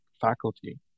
faculty